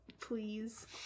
please